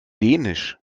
dänisch